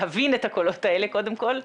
להבין את הקולות האלה קודם כל,